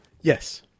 Yes